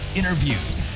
interviews